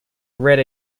red